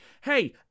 hey